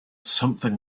something